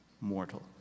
mortal